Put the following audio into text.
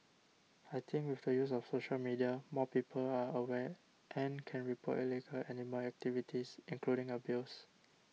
I think with the use of social media more people are aware and can report illegal animal activities including abuse